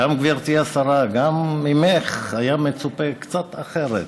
גברתי השרה, גם ממך היה מצופה קצת אחרת